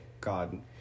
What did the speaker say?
God